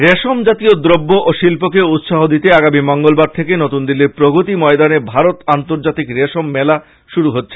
রেশম জাতীয় দ্রব্য ও শিল্পকে উৎসাহ দিতে আগামী মঙ্গলবার থেকে নতুন দিল্লীর প্রগতি ময়দানে ভারত আর্ন্তজাতিক রেশম মেলা শুরু হচ্ছে